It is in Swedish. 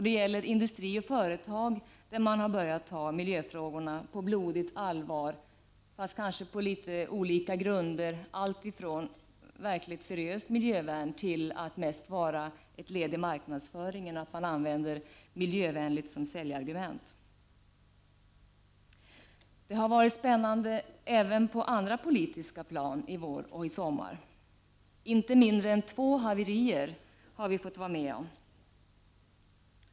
Det gäller industri och företag där man har börjat ta miljöfrågorna på ”blodigt” allvar, fast kanske på litet olika grunder, allt i från verkligt seriöst miljövärn till att det mest är ett led i marknadsföringen att använda ”miljövänligt” som säljargument. Det har varit spännande även på andra politiska plan i vår och i sommar. Inte mindre än två haverier har vi fått vara med om.